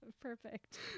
Perfect